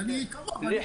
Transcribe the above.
זה?